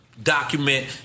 Document